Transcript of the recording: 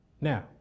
Now